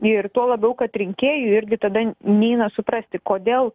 ir tuo labiau kad rinkėjui irgi tada neina suprasti kodėl